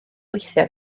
weithio